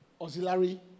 auxiliary